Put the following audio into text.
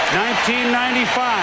1995